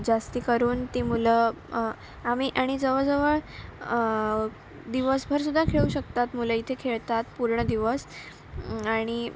जास्त करून ती मुलं आम्ही आणि जवळजवळ दिवसभर सुद्धा खेळू शकतात मुलं इथे खेळतात पूर्ण दिवस आणि